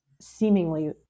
seemingly